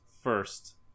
first